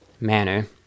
manner